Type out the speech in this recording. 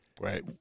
Right